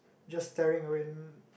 just staring